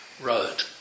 road